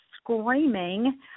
screaming